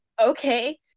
Okay